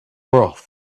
broth